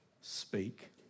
speak